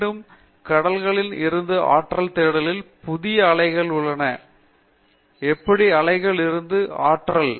மீண்டும் கடல்களில் இருந்து ஆற்றல் தேடலில் புதிய அலைகள் உள்ளன எப்படி அலைகள் இருந்து ஆற்றல்